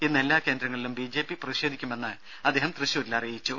ഇന്ന് എല്ലാ കേന്ദ്രങ്ങളിലും ബി ജെ പി പ്രതിഷേധിക്കുമെന്നും അദ്ദേഹം തൃശൂരിൽ അറിയിച്ചു